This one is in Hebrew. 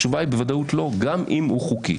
התשובה היא בוודאות לא, גם אם הוא חוקי.